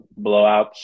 blowouts